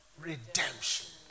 redemption